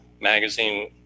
magazine